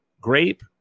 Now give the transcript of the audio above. grape